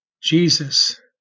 jesus